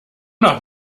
doch